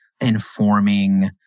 informing